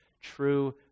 true